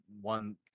one